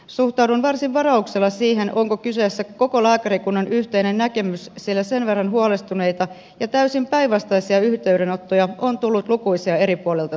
suhtaudun varsin varauksella siihen onko kyseessä koko lääkärikunnan yhteinen näkemys sillä sen verran huolestuneita ja täysin päinvastaisia yhteydenottoja on tullut lukuisia eri puolilta suomea